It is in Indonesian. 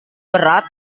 berat